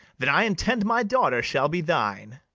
that i intend my daughter shall be thine.